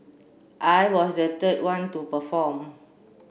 I was the third one to perform